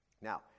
Now